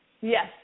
Yes